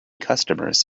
customers